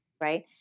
right